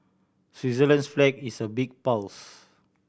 Switzerland's flag is a big plus